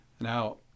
Now